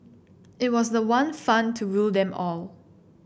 it was the one fund to rule them all